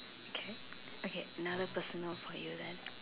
okay okay another personal for you then